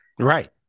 Right